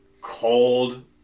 cold